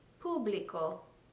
público